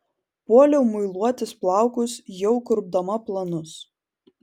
puoliau muiluotis plaukus jau kurpdama planus